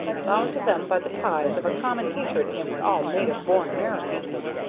bound to them by the ties of a common hatred against all native-born americans.